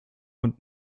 und